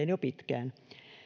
jo pitkään